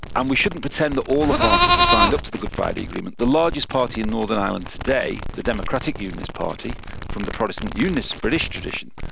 and we shouldn't pretend that all the parties were signed up to the good friday agreement the largest party in northern ireland today, the democratic unionist party from the protestant unionists british tradition,